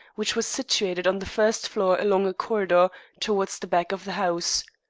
which was situated on the first floor along a corridor towards the back of the house.